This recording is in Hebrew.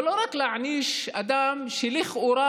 זה לא רק להעניש אדם שלכאורה,